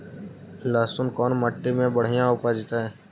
लहसुन कोन मट्टी मे बढ़िया उपजतै?